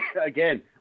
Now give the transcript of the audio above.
Again